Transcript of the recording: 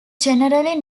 generally